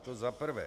To za prvé.